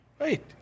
Right